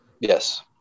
Yes